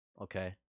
Okay